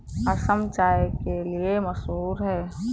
असम चाय के लिए मशहूर है